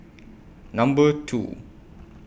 Number two